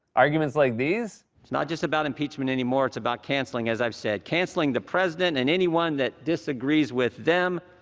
arguments like these? it's not just about impeachment anymore. it's about canceling, as i've said. canceling the president and anyone that disagrees with them.